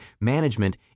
management